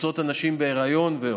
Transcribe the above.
לנשים בהיריון ועוד.